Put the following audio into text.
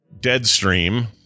Deadstream